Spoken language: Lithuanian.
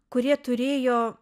kurie turėjo